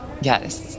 yes